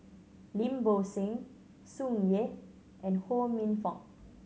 Lim Bo Seng Tsung Yeh and Ho Minfong